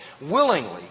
willingly